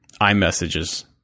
iMessages